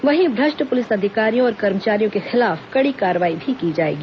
वहीं भ्रष्ट पुलिस अधिकारियों और कर्मचारियों के खिलाफ कड़ी कार्रवाई भी की जाएगी